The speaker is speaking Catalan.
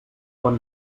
quan